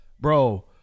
Bro